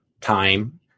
time